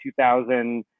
2000